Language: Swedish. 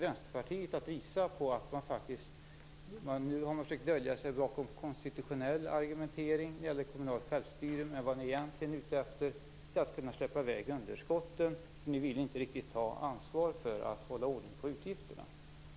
Vänsterpartiet har försökt dölja sig bakom konstitutionell argumentering när det gäller kommunalt självstyre, men vad ni egentligen är ute efter är att kunna släppa i väg underskotten, därför att ni inte riktigt vill ta ansvar för att hålla ordning på utgifterna.